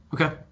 Okay